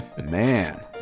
Man